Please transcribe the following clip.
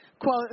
quote